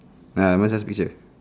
ah my just picture